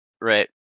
Right